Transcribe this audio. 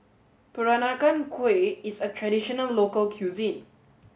Peranakan Kueh is a traditional local cuisine